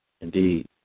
Indeed